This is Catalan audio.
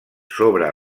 sobre